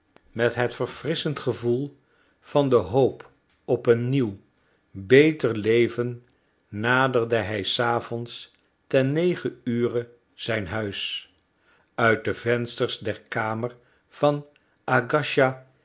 met het verfrisschend gevoel van de hoop op een nieuw beter leven naderde hij s avonds ten nege ure zijn huis uit de vensters der kamer van